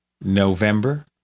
November